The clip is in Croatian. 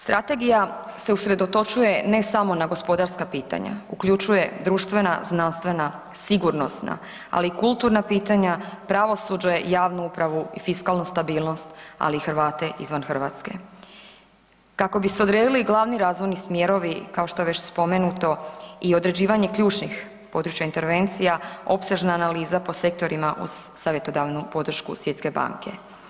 Strategija se usredotočuje ne samo na gospodarska pitanja, uključuje društvena, znanstvena, sigurnosna, ali i kulturna pitanja, pravosuđe, javnu upravu i fiskalnu stabilnost, ali i Hrvate izvan Hrvatske kako bi se odredili glavni razvojni smjerovi kao što je već spomenuto i određivanje ključnih područja intervencija opsežna analiza po sektorima uz savjetodavnu podršku Svjetske banke.